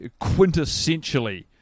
quintessentially